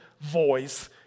voice